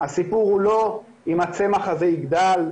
הסיפור הוא לא אם הצמח הזה יגדל,